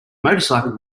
motorcycle